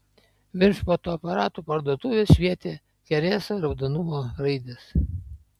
virš fotoaparatų parduotuvės švietė chereso raudonumo raidės